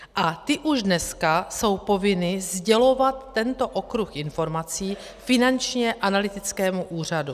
A ty už dneska jsou povinny sdělovat tento okruh informací Finančnímu analytickému úřadu.